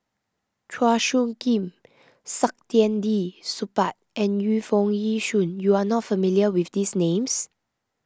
Chua Soo Khim Saktiandi Supaat and Yu Foo Yee Shoon you are not familiar with these names